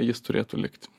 jis turėtų likti